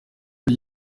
rye